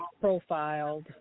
profiled